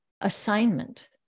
assignment